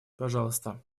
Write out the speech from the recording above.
пожалуйста